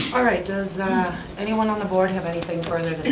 all right, does anyone on the board have anything further